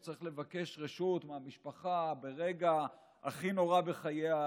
שצריך לבקש רשות מהמשפחה ברגע הכי נורא בחייה,